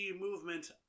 movement